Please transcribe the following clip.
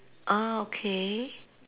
ah okay